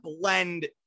blend